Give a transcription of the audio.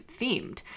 themed